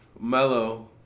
mellow